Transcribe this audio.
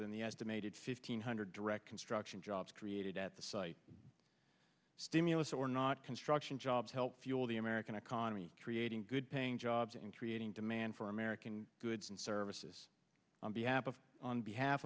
than the estimated fifteen hundred direct construction jobs created at the site stimulus or not construction jobs help fuel the american economy creating good paying jobs and creating demand for american goods and services on behalf of on behalf